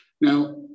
Now